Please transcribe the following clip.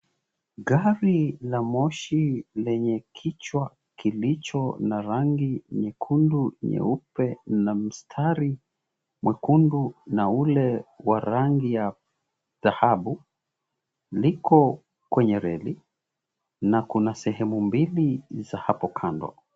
Gari la moshi lenye kichwa kilicho na rangi nyekundu nyeupe na mistari mekundu na ule wa rangi ya dhahabu liko kwenye reli na kuna sehemu mbili za hapo kando